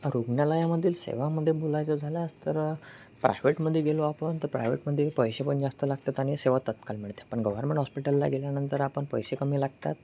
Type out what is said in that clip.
रुग्णालयामधील सेवेमध्ये बोलायचं झाल्यास तर प्रायवेटमध्ये गेलो आपण तर प्रायवेटमध्ये पैसे पण जास्त लागतात आणि सेवा तत्काळ मिळते पण गव्हरमेंट हॉस्पिटलला गेल्यानंतर आपण पैसे कमी लागतात